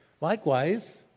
Likewise